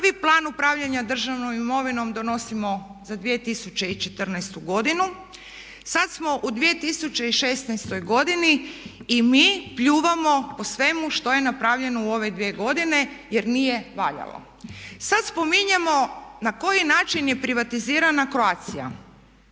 Prvi plan upravljanja državnom imovinom donosimo za 2014.godinu. Sad smo u 2016.godini i mi pljujemo po svemu što je napravljeno u ove dvije godine jer nije valjalo. Sad spominjemo na koji način je privatizirana Croatia?